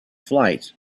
flight